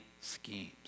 schemes